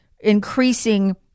increasing